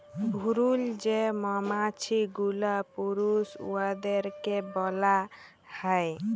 ভুরুল যে মমাছি গুলা পুরুষ উয়াদেরকে ব্যলা হ্যয়